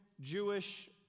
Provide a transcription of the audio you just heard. Jewish